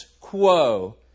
quo